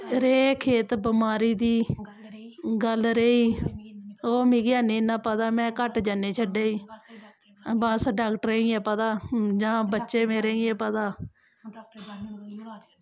रेह् खेत बमारी दी गल्ल रेही ओह् मिगी हैनी पता में घट्ट जन्नी शेड्डे च बस डाक्टरें गी ऐ पता जां बच्चें मेरे गी ऐ पता